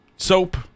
Soap